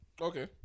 Okay